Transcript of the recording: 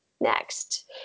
next